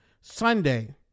Sunday